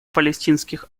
палестинских